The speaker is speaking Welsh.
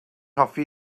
hoffi